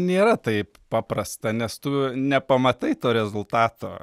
nėra taip paprasta nes tu nepamatai to rezultato